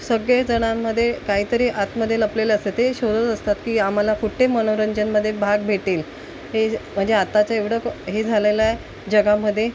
सगळे जणांमध्ये काहीतरी आतमध्ये लपलेलं असतं ते शोधत असतात की आम्हाला कुठे मनोरंजनामध्ये भाग भेटेल हे म्हणजे आताचं एवढं क् हे झालेलं आहे जगामध्ये